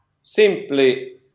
simply